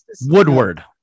woodward